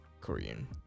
Korean